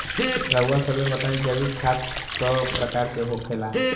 रउआ सभे बताई जैविक खाद क प्रकार के होखेला?